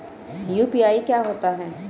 UPI क्या होता है?